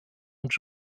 und